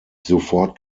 sofort